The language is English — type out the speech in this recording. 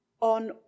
on